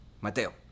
Mateo